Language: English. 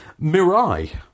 Mirai